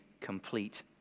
complete